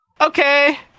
okay